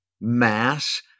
mass